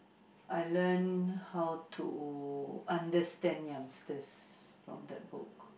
I learn how to understand youngsters from that book